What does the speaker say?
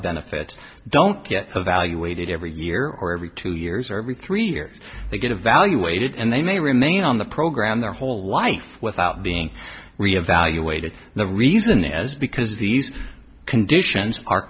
benefits don't get evaluated every year or every two years or every three years they get evaluated and they may remain on the program their whole life without being reevaluated the reason is because these conditions are